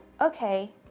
okay